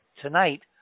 tonight